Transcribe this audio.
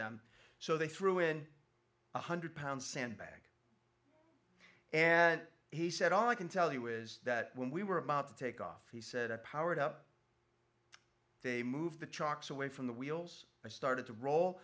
them so they threw in one hundred pound sand bag and he said all i can tell you is that when we were about to take off he said i powered up they moved the trucks away from the wheels i started to roll